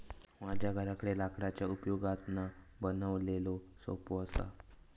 माझ्या घराकडे लाकडाच्या उपयोगातना बनवलेलो सोफो असा